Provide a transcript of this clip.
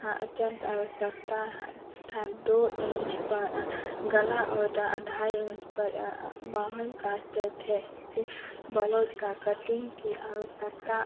हाँ अत्यन्त आवश्यकता हाँ था दो इन्च पर गला और ढाई इन्च पर बाँह काटते थे ऐसे ब्लाउज की कटिन्ग की आवश्यकता